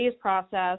process